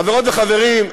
חברות וחברים,